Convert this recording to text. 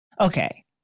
Okay